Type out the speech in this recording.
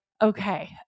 Okay